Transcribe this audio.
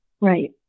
Right